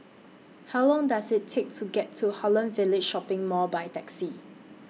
How Long Does IT Take to get to Holland Village Shopping Mall By Taxi